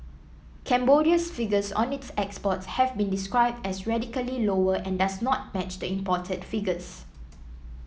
Cambodia's figures on its exports have been described as radically lower and does not match the imported figures